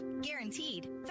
guaranteed